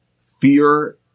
fear